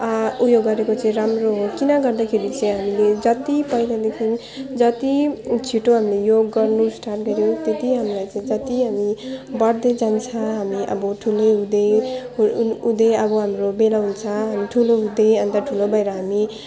उयो गरेको चाहिँ राम्रो हो किन गर्दाखेरि चाहिँ हामीले जति पहिलादेखि जति छिटो हामीले योग गर्नु स्टार्ट गर्यौँ त्यति हामीलाई चाहिँ जति हामी बढ्दै जान्छ हामी अब ठुलो हुँदै हु हु हुँदै हाम्रो बेला हुन्छ हामी ठुलो हुँदै अनि ठुलो भएर हामी